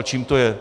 Čím to je?